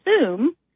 assume